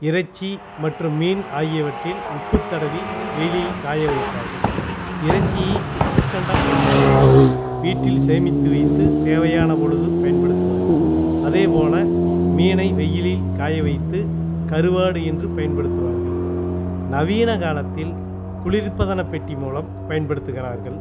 இறைச்சி மற்றும் மீன் ஆகியவற்றில் உப்பு தடவி வெயிலில் காய வைப்பார்கள் இறைச்சியை உப்புக்கண்டம் என்று சொல்லி வீட்டில் சேமித்து வைத்து தேவையான பொழுது பயன்படுத்துவார்கள் அதேபோல் மீனை வெயிலில் காய வைத்து கருவாடு என்று பயன்படுத்துவார்கள் நவீன காலத்தில் குளிர்பதனப்பெட்டி மூலம் பயன்படுத்துகிறார்கள்